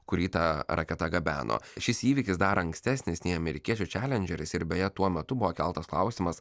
kurį ta raketa gabeno šis įvykis dar ankstesnis nei amerikiečių čelendžeris ir beje tuo metu buvo keltas klausimas